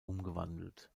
umgewandelt